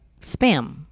Spam